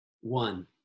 One